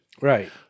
right